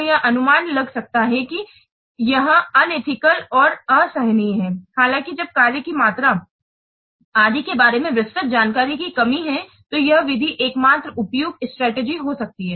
तो यह अनुमान लग सकता है कि यह अनएथिकल और असहनीय है हालाँकि जब कार्य की मात्रा आदि के बारे में विस्तृत जानकारी की कमी है तो यह विधि एकमात्र उपयुक्त स्ट्रेटेजी हो सकती है